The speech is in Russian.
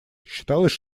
считалось